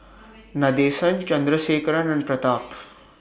Nadesan Chandrasekaran and Pratap